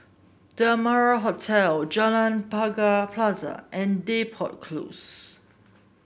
The Amara Hotel Pagar Plaza and Depot Close